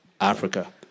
Africa